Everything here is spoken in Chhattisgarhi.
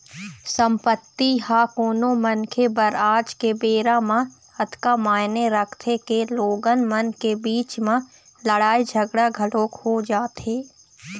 संपत्ति ह कोनो मनखे बर आज के बेरा म अतका मायने रखथे के लोगन मन के बीच म लड़ाई झगड़ा घलोक हो जाथे